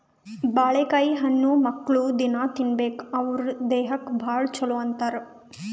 ಬಾಳಿಕಾಯಿ ಹೆಣ್ಣುಮಕ್ಕ್ಳು ದಿನ್ನಾ ತಿನ್ಬೇಕ್ ಅವ್ರ್ ದೇಹಕ್ಕ್ ಭಾಳ್ ಛಲೋ ಅಂತಾರ್